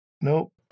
Nope